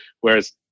Whereas